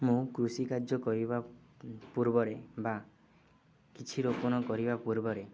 ମୁଁ କୃଷିିକାର୍ଯ୍ୟ କରିବା ପୂର୍ବରେ ବା କିଛି ରୋପଣ କରିବା ପୂର୍ବରେ